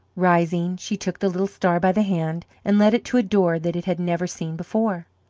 rising, she took the little star by the hand and led it to a door that it had never seen before.